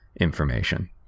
information